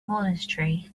monastery